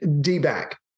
D-back